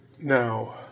Now